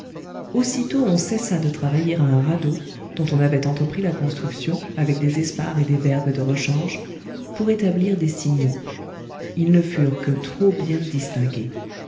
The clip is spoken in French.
aussitôt on cessa de travailler à un radeau dont on avait entrepris la construction avec des espars et des vergues de rechanges pour établir des signaux ils ne furent que trop bien distingués